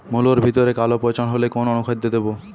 মুলোর ভেতরে কালো পচন হলে কোন অনুখাদ্য দেবো?